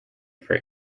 for